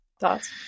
thoughts